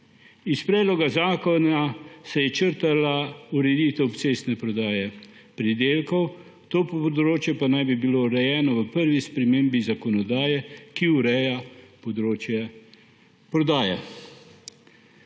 Iz predloga zakona se je črtala ureditev obcestne prodaje pridelkov, to področje pa naj bi bilo urejeno v prvi spremembi zakonodaje, ki ureja področje prodaje.